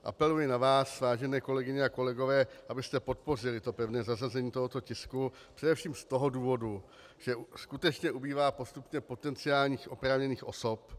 Apeluji na vás, vážené kolegyně a kolegové, abyste podpořili pevné zařazení tohoto tisku především z toho důvodu, že skutečně ubývá postupně potenciálních oprávněných osob.